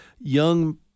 young